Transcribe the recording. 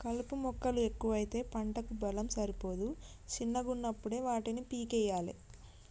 కలుపు మొక్కలు ఎక్కువైతే పంటకు బలం సరిపోదు శిన్నగున్నపుడే వాటిని పీకేయ్యలే